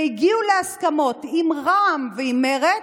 והגיעו להסכמות עם רע"מ ועם מרצ,